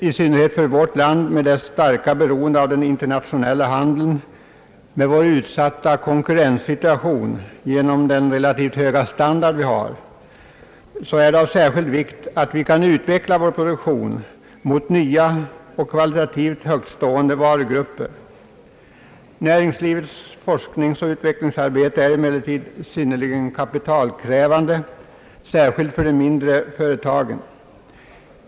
I synnerhet för vårt land, med dess starka beroende av den internationella handeln och med vår utsatta konkurrenssituation genom den relativt höga standard vi har, är det av särskild vikt att vi kan utveckla vår produktion mot nya och kvalitativt högtstående varugrupper. Näringslivets forskningsoch utvecklingsarbete är emellertid synnerligen kapitalkrävande, särskilt för de mindre företagen.